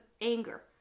anger